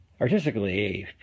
Artistically